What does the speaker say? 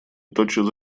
тотчас